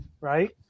right